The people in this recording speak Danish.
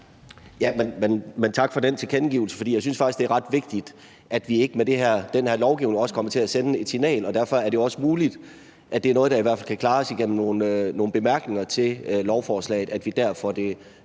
Tak for den tilkendegivelse. Jeg synes faktisk, det er ret vigtigt, at vi ikke med den her lovgivning kommer til at sende det signal, og derfor er det også muligt, at det er noget, der kan klares gennem nogle bemærkninger til lovforslaget,